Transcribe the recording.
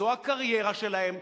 שזו הקריירה שלהם,